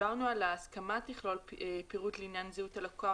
דיברנו על כך שההסכמה תכלול פירוט לעניין זהות הלקוח,